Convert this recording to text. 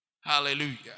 Hallelujah